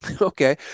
Okay